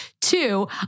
Two